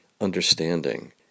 understanding